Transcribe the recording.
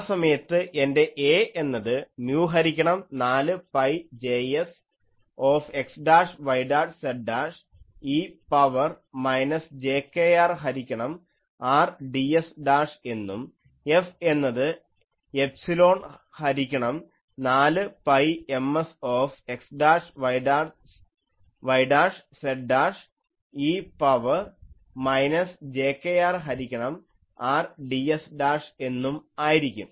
ആ സമയത്ത് എൻറെ A എന്നത് മ്യൂ ഹരിക്കണം 4 pi Jsxyz e power minus jkR ഹരിക്കണം R ds എന്നും F എന്നത് എഫ്സിലോൺ ഹരിക്കണം 4 pi Msxyz e power minus jkR ഹരിക്കണം R ds എന്നും ആയിരിക്കും